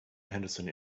henderson